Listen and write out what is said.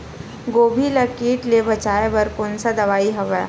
गोभी ल कीट ले बचाय बर कोन सा दवाई हवे?